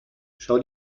schau